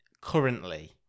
Currently